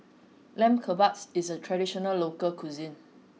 Lamb Kebabs is a traditional local cuisine